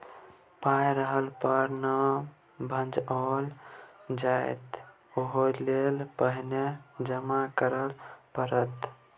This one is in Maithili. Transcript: पाय रहले पर न भंजाओल जाएत ओहिलेल पहिने जमा करय पड़त